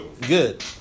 Good